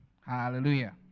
Hallelujah